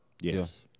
Yes